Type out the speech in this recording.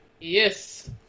Yes